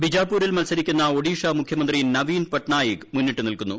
ബിജാപൂരിൽ മൽസരിക്കുന്ന ഒഡീഷ മുഖ്യമന്ത്രി നവീൻ പട്നായിക് മുന്നിട്ട് നിൽക്കുന്നു